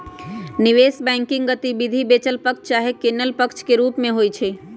निवेश बैंकिंग गतिविधि बेचल पक्ष चाहे किनल पक्ष के रूप में होइ छइ